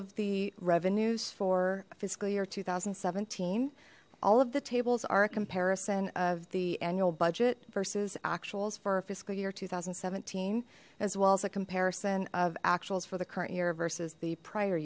of the revenues for fiscal year two thousand and seventeen all of the tables are a comparison of the annual budget versus actuals for fiscal year two thousand and seventeen as well as a comparison of actuals for the current year versus the prior